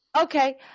Okay